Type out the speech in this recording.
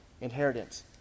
inheritance